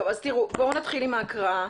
בואו נתחיל בהקראה.